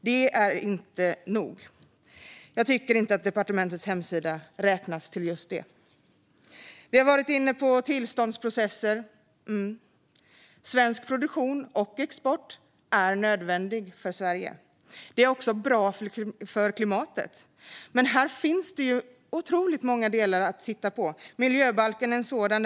Detta är inte nog. Jag tycker inte att departementets hemsida kan räknas till just det. Vi har varit inne på tillståndsprocesser. Svensk produktion och export är nödvändigt för Sverige. Det är också bra för klimatet. Men här finns det otroligt många delar att titta på. Miljöbalken är en sådan.